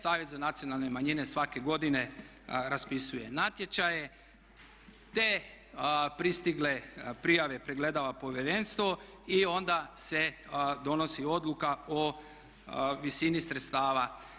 Savjet za nacionalne manjine svake godine raspisuje natječaje te pristigle prijave pregledava povjerenstvo i onda se donosi odluka o visini sredstava.